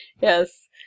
Yes